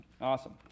Awesome